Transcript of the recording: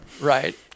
Right